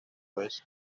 vez